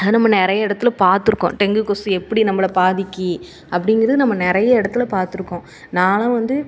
அதை நம்ம நிறைய இடத்துல பார்த்துருக்கோம் டெங்கு கொசு எப்படி நம்மளை பாதிக்கிது அப்படிங்கிறது நம்ம நிறைய இடத்துல பார்த்துருக்கோம் நான்லாம் வந்து